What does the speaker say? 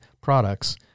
products